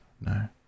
no